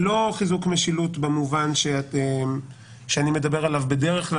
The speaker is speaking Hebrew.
לא חיזוק משילות במובן שאני מדבר עליו בדרך כלל,